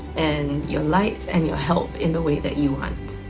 and your light and your help in the way that you want.